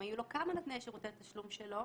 אם היו לו כמה נותני שירותי תשלום שלו,